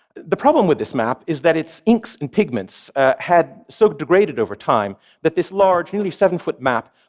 the problem with this map is that its inks and pigments had so degraded over time that this large, nearly seven-foot map,